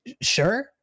Sure